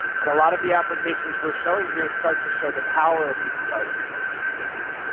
and a lot of the applications we're showing here start to show the power of these devices for consumers.